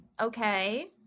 Okay